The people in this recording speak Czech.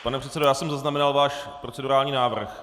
Pane předsedo, já jsem zaznamenal váš procedurální návrh.